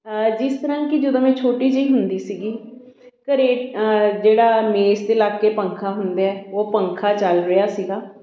ਜਿਸ ਤਰ੍ਹਾਂ ਕਿ ਜਦੋਂ ਮੈਂ ਛੋਟੀ ਜਿਹੀ ਹੁੰਦੀ ਸੀਗੀ ਘਰੇ ਜਿਹੜਾ ਮੇਜ਼ 'ਤੇ ਲੱਗ ਕੇ ਪੱਖਾ ਹੁੰਦੇ ਹੈ ਉਹ ਪੱਖਾ ਚੱਲ ਰਿਹਾ ਸੀਗਾ